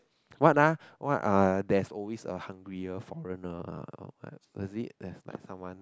what ah what uh there's always a hungrier foreigner ah there it like like someone